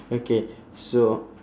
okay so